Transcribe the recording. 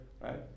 Right